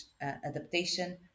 adaptation